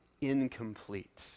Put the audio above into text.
incomplete